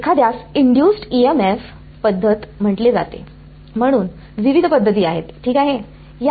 एखाद्यास induced EMF पद्धत म्हटले जाते म्हणून विविध पद्धती आहेत ठीक आहे